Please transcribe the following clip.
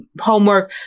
homework